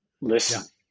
listen